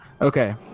okay